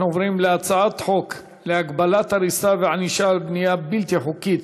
אנחנו עוברים להצעת חוק להגבלת הריסה וענישה על בנייה בלתי חוקית